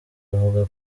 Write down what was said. avuga